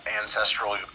ancestral